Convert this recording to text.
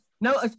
no